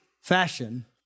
fashion